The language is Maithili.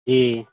जी